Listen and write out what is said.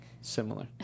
similar